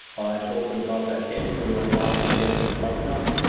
told you about that hint we were obliged to give mr. bundercombe,